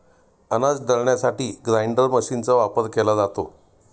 अनाज दळण्यासाठी ग्राइंडर मशीनचा वापर केला जातो